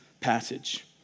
passage